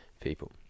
people